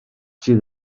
sydd